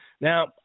Now